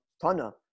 Tana